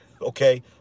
Okay